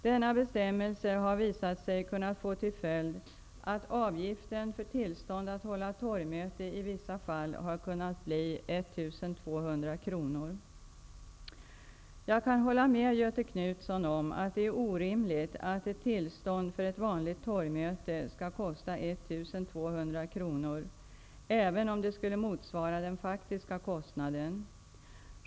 Denna bestämmelse har visat sig kunna få till följd att avgiften för tillstånd att hålla torgmöte i vissa fall har kunnat bli Jag kan hålla med Göthe Knutson om att det är orimligt att ett tillstånd för ett vanligt torgmöte skall kosta 1 200 kr, även om det skulle motsvara den faktiska kostnaden.